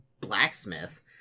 blacksmith